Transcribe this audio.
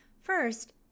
First